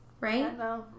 right